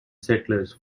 settlers